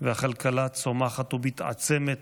והכלכלה צומחת ומתעצמת.